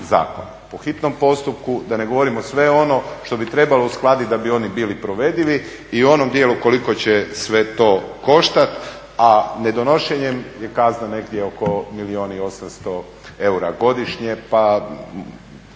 po hitnom postupku, da ne govorimo sve ono što bi trebalo uskladiti da bi oni bili provedivi i u onom dijelu koliko će sve to koštati, a ne donošenjem je kazna negdje oko milijun i 800 eura godišnje pa